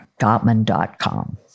Gottman.com